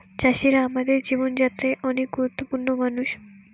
চাষিরা আমাদের জীবন যাত্রায় অনেক গুরুত্বপূর্ণ মানুষ